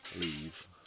Leave